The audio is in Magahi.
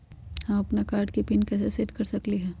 हम अपन कार्ड के पिन कैसे सेट कर सकली ह?